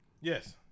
Yes